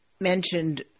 mentioned